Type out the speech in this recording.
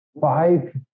Five